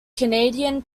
canadian